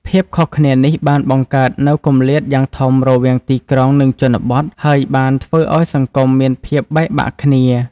ភាពខុសគ្នានេះបានបង្កើតនូវគម្លាតយ៉ាងធំរវាងទីក្រុងនិងជនបទ ហើយបានធ្វើឲ្យសង្គមមានភាពបែកបាក់គ្នា។